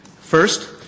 First